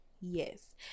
yes